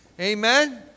Amen